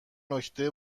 نکته